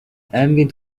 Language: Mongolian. аймгийн